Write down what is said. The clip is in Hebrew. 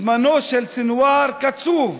זמנו של סנוואר קצוב,